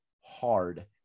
hard